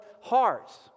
hearts